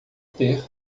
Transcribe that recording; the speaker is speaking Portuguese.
ter